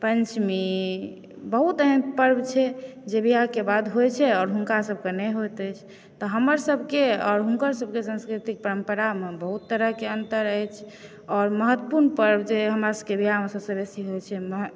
पञ्चमी बहुत एहन पर्व छै जे बिआहके बाद होइ छै और हुनका सभके नहि होइत अछि तऽ हमर सभके और हुनकर सभकेँ सांस्कृतिक परम्परामे बहुत तरहकेँ अन्तर अछि और महत्वपुर्ण पर्व जे हमरा सभकेँ बिआहमे सभसँ बेसी होइ छै